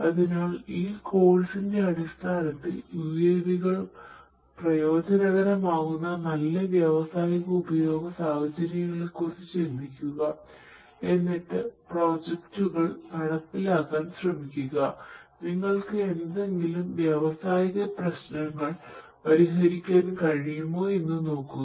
അതിനാൽ ഈ കോഴ്സിന്റെനടപ്പിലാക്കാൻ ശ്രമിക്കുക നിങ്ങൾക്ക് ഏതെങ്കിലും വ്യാവസായിക പ്രശ്നങ്ങൾ പരിഹരിക്കാൻ കഴിയുമോ എന്ന് നോക്കുക